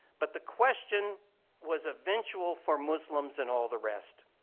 but the question was eventual for muslims and all the rest.